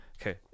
Okay